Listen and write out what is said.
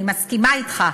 אני מסכימה אתך,